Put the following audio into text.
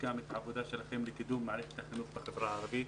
את העבודה שלכם לקידום מערכת החינוך בחברה הערבית.